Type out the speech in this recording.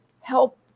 help